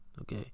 Okay